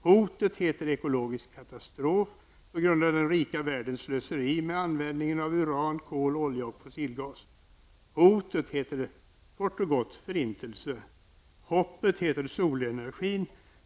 Hotet heter ekologisk katastrof på grund av den rika världens slöseri med användningen av uran, kol, olja och fossilgas. Hotet heter kort och gott förintelse. Hoppet heter solenergin.